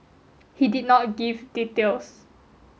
he did not give details